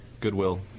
Goodwill